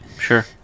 Sure